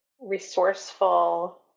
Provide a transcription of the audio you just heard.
resourceful